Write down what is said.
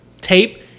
tape